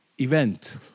event